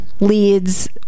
leads